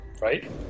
Right